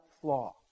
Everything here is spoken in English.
flaw